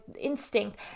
instinct